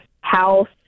house